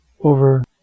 over